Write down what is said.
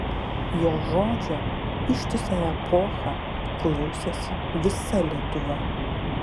jo žodžio ištisą epochą klausėsi visa lietuva